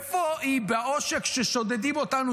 איפה היא בעושק ששודדים אותנו,